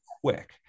quick